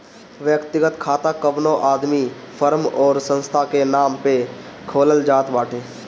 व्यक्तिगत खाता कवनो आदमी, फर्म अउरी संस्था के नाम पअ खोलल जात बाटे